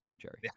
Jerry